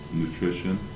nutrition